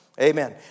Amen